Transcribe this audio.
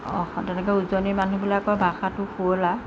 তেনেকৈ উজনিৰ মানুহবিলাকৰ ভাষাটো শুৱলা